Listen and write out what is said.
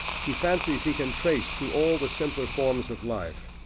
he fancies he can trace, through all the simpler forms of life,